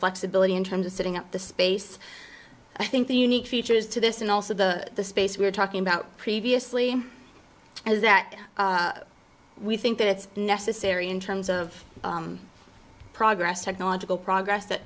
flexibility in terms of setting up the space i think the unique features to this and also the space we're talking about previously and that we think that it's necessary in terms of progress technological progress t